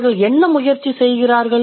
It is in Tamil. அவர்கள் என்ன முயற்சி செய்கிறார்கள்